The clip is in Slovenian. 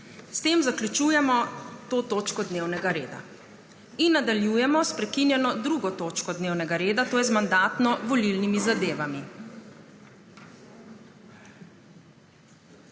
S tem zaključujemo to točko dnevnega reda. Nadaljujemo sprekinjeno 2. točko dnevnega reda, to je z Mandatno-volilnimi zadevami.